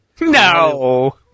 No